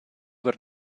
per